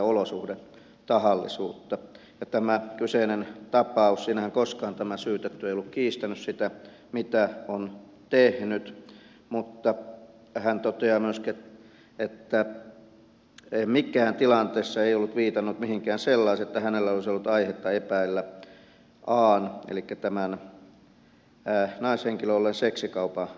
tässä kyseisessä tapauksessahan tämä syytetty ei ollut koskaan kiistänyt sitä mitä oli tehnyt mutta hän toteaa myöskin että mikään tilanteessa ei ollut viitannut mihinkään sellaiseen että hänellä olisi ollut aihetta epäillä an elikkä tämän naishenkilön olleen seksikaupan kohde